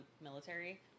military